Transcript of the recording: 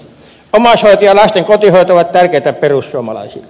omaishoito ja lasten kotihoito ovat tärkeitä perussuomalaisille